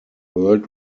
world